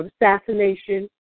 assassination